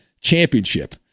championship